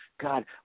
God